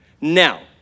Now